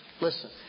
Listen